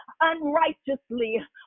unrighteously